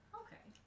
okay